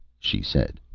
she said.